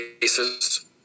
cases